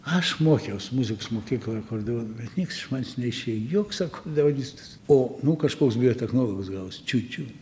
aš mokiaus muzikos mokykloj akordeonu bet nieks iš manęs neišėjo joks akordeonistas o nu kažkoks biotechnologas gavosi čiut čiu